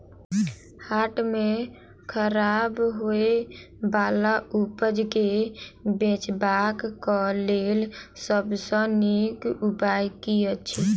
हाट मे खराब होय बला उपज केँ बेचबाक क लेल सबसँ नीक उपाय की अछि?